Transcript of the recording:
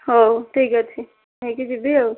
ହଉ ଠିକ୍ ଅଛି ନେଇକି ଯିବି ଆଉ